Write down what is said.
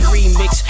Remix